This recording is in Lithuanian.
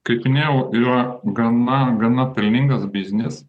kaip minėjau yra gana gana pelningas biznis